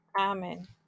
Amen